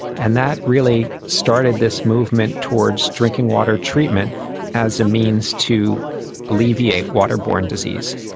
and that really started this movement towards drinking water treatment as a means to alleviate waterborne disease.